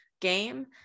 game